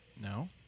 No